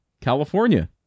California